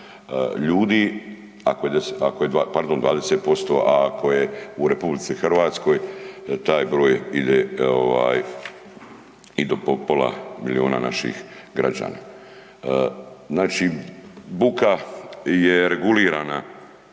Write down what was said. ljudi, ako je 10, ako je 20, pardon 20%, a ako je u RH taj broj ide ovaj i do pola milijuna naših građana. Znači, buka je regulirana